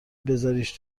بزاریش